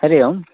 हरिः ओम्